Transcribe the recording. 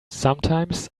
sometimes